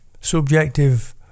subjective